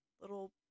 little